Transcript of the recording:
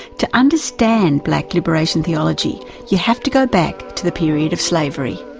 to understand black liberation theology you have to go back to the period of slavery.